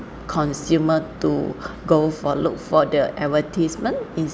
consumer to go for look for the advertisement